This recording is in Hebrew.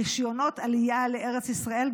רישיונות עלייה לארץ ישראל,